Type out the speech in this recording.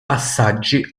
passaggi